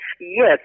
yes